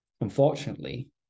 unfortunately